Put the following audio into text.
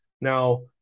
now